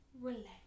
Relax